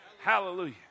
Hallelujah